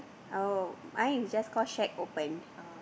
oh mine is just call shack opened